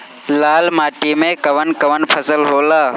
लाल माटी मे कवन कवन फसल होला?